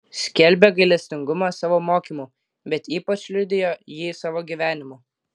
skelbė gailestingumą savo mokymu bet ypač liudijo jį savo gyvenimu